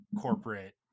corporate